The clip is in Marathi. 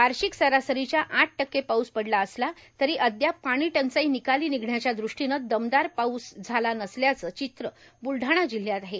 वार्षिक सरासरीच्या आठ टक्के पाऊस पडला असला तरी अदयाप पाणीटंचाई निकाली निघण्याच्या दृष्टीने दमदार असा पाऊस झाला नसल्याचं चित्र ब्लडाणा जिल्ह्यात आहे